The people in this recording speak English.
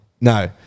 no